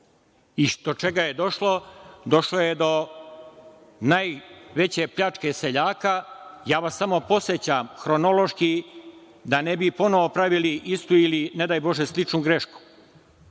I do čega je došlo? Došlo je do najveće pljačke seljaka. Samo vas podsećam, hronološki, da ne bi ponovo pravili istu ili, ne daj bože, sličnu grešku. Kada